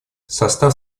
состав